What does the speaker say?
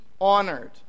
honored